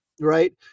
right